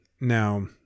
Now